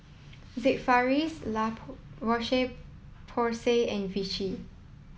Sigvaris La Roche Porsay and Vichy